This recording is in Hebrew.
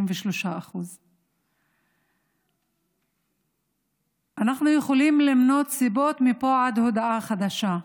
33%. אנחנו יכולים למנות סיבות מפה ועד הודעה חדשה.